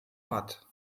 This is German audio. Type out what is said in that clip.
bat